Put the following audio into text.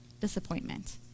disappointment